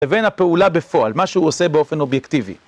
לבין הפעולה בפועל, מה שהוא עושה באופן אובייקטיבי.